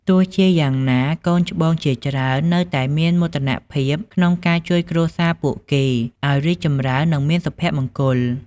ទោះជាយ៉ាងណា កូនច្បងជាច្រើននៅតែមានមោទនភាពក្នុងការជួយគ្រួសារពួកគេ ឱ្យរីកចម្រើន និងមានសុភមង្គល។